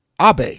Abe